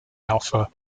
alpha